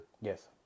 Yes